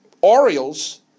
Orioles